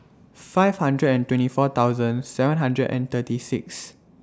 five hundred and twenty four thousand seven hundred and thirty six